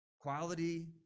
Quality